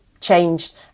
changed